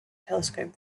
telescope